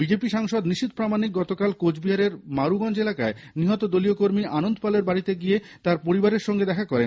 BJP সাংসদ নিশীথ প্রামানিক গতকাল কোচবিহারের মারুগঞ্জ এলাকায় নিহত দলীয় কর্মী আনন্দ পালের বাড়ি গিয়ে তার পরিবাররে সঙ্গে দেখা করেন